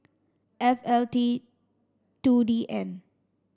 F L T two D N